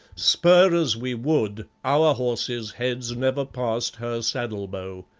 spur as we would, our horses' heads never passed her saddle bow.